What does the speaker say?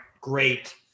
great